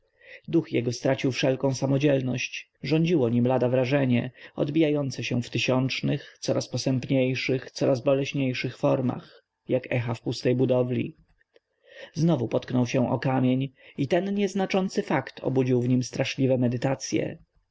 duch jego stracił wszelką samodzielność rządziło nim lada wrażenie odbijające się w tysiącznych coraz posępniejszych coraz boleśniejszych formach jak echa w pustej budowli znowu potknął się o kamień i ten nieznaczący fakt obudził w nim straszliwe medytacye